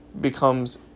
becomes